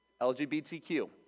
LGBTQ